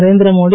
Narendra Modi